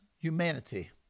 humanity